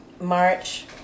March